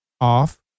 off